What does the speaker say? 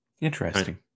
Interesting